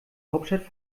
hauptstadt